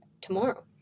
tomorrow